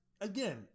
again